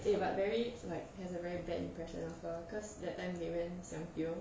eh but barry like has a very bad impression of her cause that time they went siam diu